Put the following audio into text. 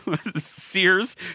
Sears